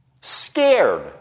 Scared